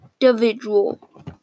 individual